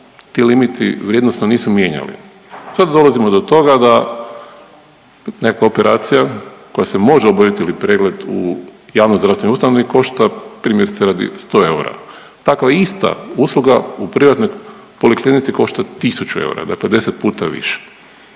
ti limiti vrijednosno nisu mijenjali, sad dolazimo do toga da neka operacija koja se može obaviti ili pregled u javnozdravstvenoj ustanovi primjerice radi 100 eura, takva ista usluga u privatnoj poliklinici 1000 eura, dakle deset puta više.